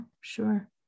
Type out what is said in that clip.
sure